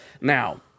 now